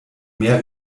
mehr